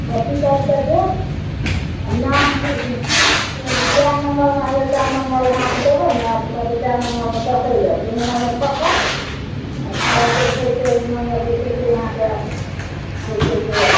पर्ची काटि कऽ देत आओर नाम पूछय कि जाहि नम्मरमे हेबय तै नम्बर अहाँ देबय ने तऽ कहतय चारि नम्बरमे देखय लए तऽ ओइ नम्बरमे देखत आओर तब जे छै से उ नम्बर जे छै से अहाँके जे छै से